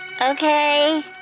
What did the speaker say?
Okay